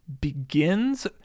begins